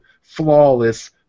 flawless